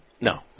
No